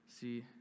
see